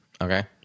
Okay